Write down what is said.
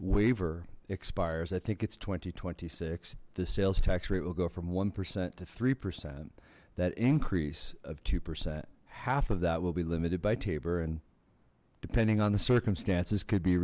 waiver expires i think it's two thousand and twenty six the sales tax rate will go from one percent to three percent that increase of two percent half of that will be limited by tabor and depending on the circumstances could be